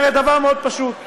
אומרת דבר מאוד פשוט: